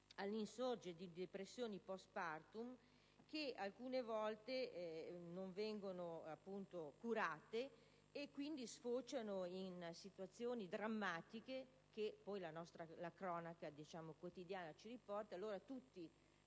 all'insorgere di depressioni *post partum* che alcune volte non vengono curate e, quindi, sfociano nelle situazioni drammatiche che la cronaca quotidiana ci riporta;